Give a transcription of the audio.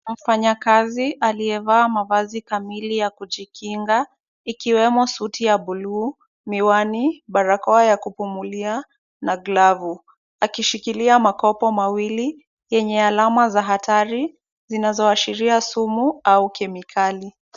Mfanyakazi aliyevaa mavazi kamili ya kujikinga, ikiwemo suti ya buluu , miwani, barakoa ya kupumulia na glavu, akishikilia makopo mawili, yenye alama za hatari zinazoashiria sumu au kemikali.